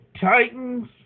Titans